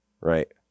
right